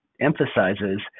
emphasizes